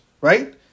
right